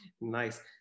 Nice